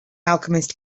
alchemist